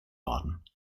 worden